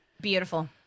Beautiful